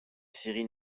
cyril